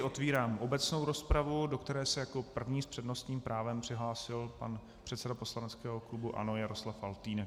Otevírám obecnou rozpravu, do které se jako první s přednostním právem přihlásil pan předseda poslaneckého klubu ANO Jaroslav Faltýnek.